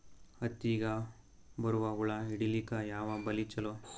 ಹತ್ತಿಗ ಬರುವ ಹುಳ ಹಿಡೀಲಿಕ ಯಾವ ಬಲಿ ಚಲೋ?